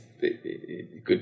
good